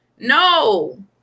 No